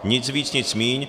Nic víc, nic míň.